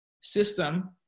system